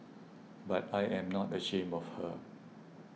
but I am not ashamed of her